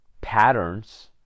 patterns